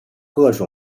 各种